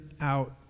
out